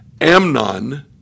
amnon